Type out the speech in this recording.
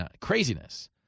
Craziness